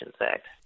Act